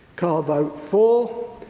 card vote four,